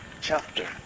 chapter